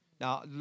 Now